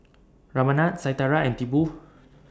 Ramnath Satyendra and Tipu